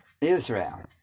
Israel